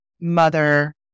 mother